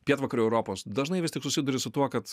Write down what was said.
pietvakarių europos dažnai vis tik susiduri su tuo kad